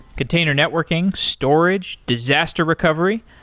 container networking, storage, disaster recovery,